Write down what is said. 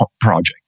project